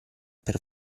per